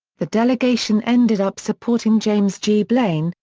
the delegation ended up supporting james g. blaine,